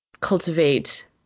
cultivate